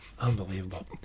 Unbelievable